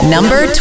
Number